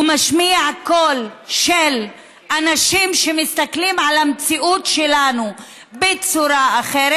הוא משמיע קול של אנשים שמסתכלים על המציאות שלנו בצורה אחרת.